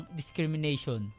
discrimination